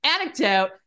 anecdote